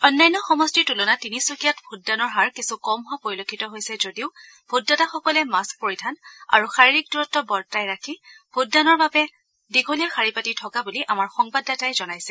অন্যান্য সমষ্টিৰ তুলনাত তিনিচুকীয়াত ভোটদানৰ হাৰ কিছু কম হোৱা পৰিলক্ষিত হৈছে যদিও ভোটদাতাসকলে মাস্ক পৰিধান আৰু শাৰীৰিক দূৰত্ব বজাই ৰাখি ভোটদানৰ বাবে দীঘলীয়া শাৰী পাতি থকা বুলি আমাৰ সংবাদদাতাই জনাইছে